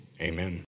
amen